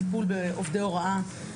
הטיפול בעובדי הוראה,